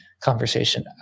conversation